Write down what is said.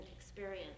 experience